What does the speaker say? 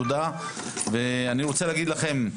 אני רוצה להגיד לכם,